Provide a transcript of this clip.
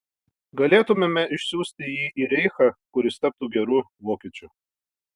galėtumėte išsiųsti jį į reichą kur jis taptų geru vokiečiu